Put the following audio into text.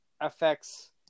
affects